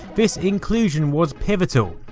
this inclusion was pivotal.